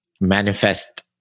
manifest